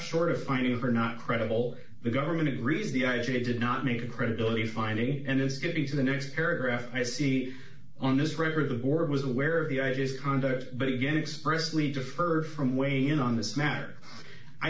short of finding her not credible the government agrees the i g did not make a credibility finding and it's getting to the next paragraph i see on this record the board was aware of the ideas conduct but again expressed we defer from weigh in on this matter i